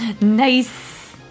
Nice